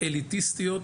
אליטיסטיות,